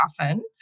often